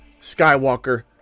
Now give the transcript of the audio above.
skywalker